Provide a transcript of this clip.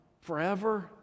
forever